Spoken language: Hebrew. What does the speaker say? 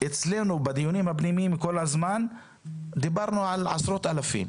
אצלנו בדיונים הפנימיים כל הזמן דיברנו על עשרות אלפים.